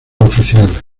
oficiales